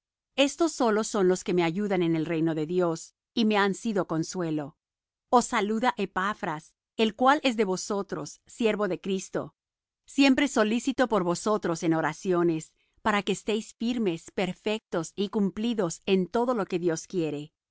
éstos solos son los que me ayudan en el reino de dios y me han sido consuelo os saluda epafras el cual es de vosotros siervo de cristo siempre solícito por vosotros en oraciones para que estéis firmes perfectos y cumplidos en todo lo que dios quiere